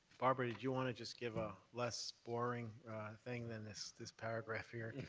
barbara, did you want to just give a less boring thing than this this paragraph here?